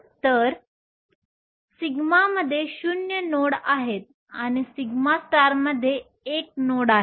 तर σ मध्ये शून्य नोड आहे आणि σ मध्ये 1 नोड आहे